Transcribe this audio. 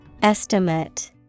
Estimate